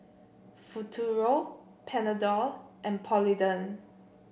Futuro Panadol and Polident